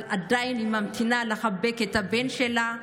אבל היא עדיין ממתינה לחבק את הבן שלה,